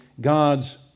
God's